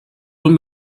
und